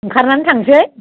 ओंखारनानै थांसै